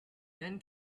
then